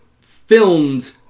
filmed